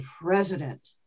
president